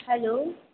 hello